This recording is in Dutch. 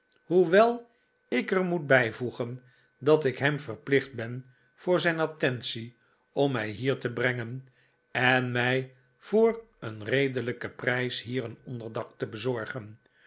hoewel ik er moet bijvoegen dat ik hem verplicht ben voor zijn attentie om mij hier te brengen en mij voor een redelijken prijs hier een onderdak te bezorgen